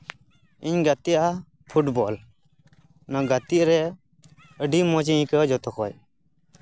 ᱤᱧ ᱜᱟᱛᱮᱜᱼᱟ ᱯᱷᱩᱴᱵᱚᱞ ᱱᱚᱣᱟ ᱜᱟᱛᱮᱜ ᱨᱮ ᱟᱹᱰᱤ ᱢᱚᱸᱡ ᱤᱧ ᱟᱹᱭᱠᱟᱹᱣᱟ ᱡᱚᱛᱚ ᱠᱷᱚᱡ